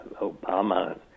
Obama